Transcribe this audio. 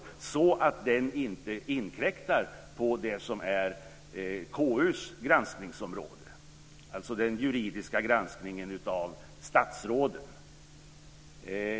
Den får nämligen inte inkräkta på det som är KU:s granskningsområde, dvs. den juridiska granskningen av statsråden.